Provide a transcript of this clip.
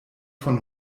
von